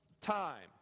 time